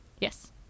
Yes